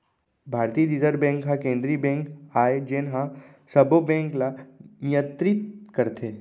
भारतीय reserve bank ह केंद्रीय बेंक आय जेन ह सबो बेंक ल नियतरित करथे